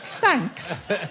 Thanks